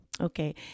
Okay